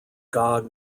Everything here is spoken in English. god